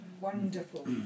wonderful